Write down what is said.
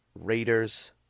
Raiders